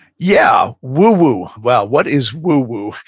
yeah, woo woo. well, what is woo woo?